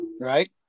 Right